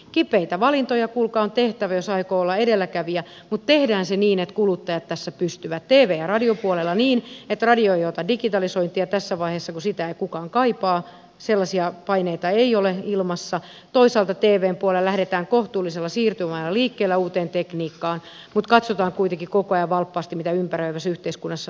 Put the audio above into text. kipeitä valintoja kuulkaa on tehtävä jos aikoo olla edelläkävijä mutta tehdään se niin että kuluttajat tässä pystyvät olemaan mukana tv ja radiopuolella niin että radio ei ota digitalisointia tässä vaiheessa kun sitä ei kukaan kaipaa sellaisia paineita ei ole ilmassa ja toisaalta tvn puolella lähdetään kohtuullisella siirtymäajalla liikkeelle uuteen tekniikkaan mutta katsotaan kuitenkin koko ajan valppaasti mitä ympäröivässä yhteiskunnassa tapahtuu